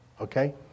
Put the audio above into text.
Okay